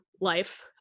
life